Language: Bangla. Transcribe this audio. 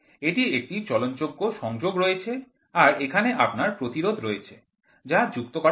এটি একটি চলন যোগ্য সংযোগ রয়েছে আর এখানে আপনার প্রতিরোধ রয়েছে যা যুক্ত করা হয়েছে